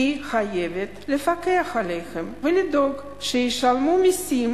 היא חייבת לפקח עליהם ולדאוג שישלמו מסים